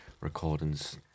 recordings